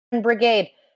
Brigade